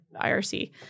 IRC